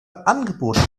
angeboten